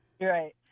right